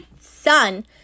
son